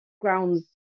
grounds